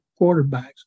quarterbacks